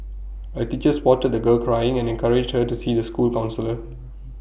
A teacher spotted the girl crying and encouraged her to see the school counsellor